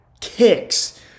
kicks